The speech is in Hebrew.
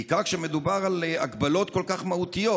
בעיקר כשמדובר על הגבלות כל כך מהותיות.